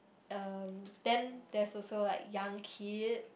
um then there's also like young kid